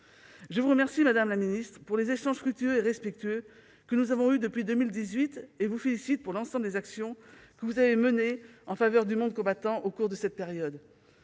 Je vous remercie donc, madame la ministre, pour les échanges fructueux et respectueux que nous avons eus depuis 2018, et vous félicite pour l'ensemble des actions que vous avez menées en faveur du monde combattant au cours de cette période.